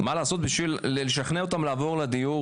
מה לעשות בשביל לשכנע אותם לעבור לדיור